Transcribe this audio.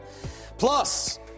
plus